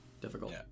difficult